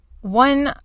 one